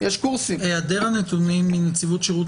יש קורסים --- היעדר הנתונים מנציבות שירות